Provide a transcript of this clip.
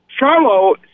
Charlo